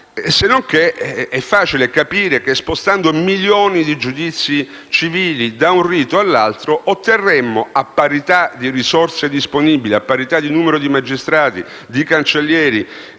Senonché, è facile capire che spostando milioni di giudizi civili da un rito all'altro, a parità di risorse disponibili e di numero di magistrati, di cancellieri